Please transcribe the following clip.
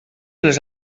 les